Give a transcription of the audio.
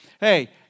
hey